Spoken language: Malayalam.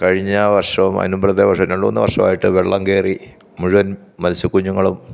കഴിഞ്ഞ് വര്ഷം അതിന് മുമ്പിലത്തെ വർഷങ്ങളും രണ്ട് മൂന്ന് വർഷവായിട്ട് വെള്ളം കേറി മുഴുവന് മത്സ്യ കുഞ്ഞുങ്ങളും